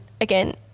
again